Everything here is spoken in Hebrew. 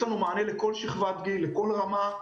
יש לנו מענה לכל שכבת גיל, לכל רמה.